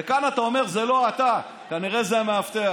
וכאן אתה אומר שזה לא אתה, כנראה זה המאבטח.